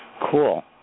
cool